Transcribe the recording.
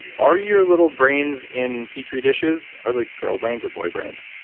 are your little brains in petri dishes, are they girl brains or boy brains?